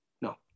no